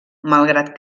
malgrat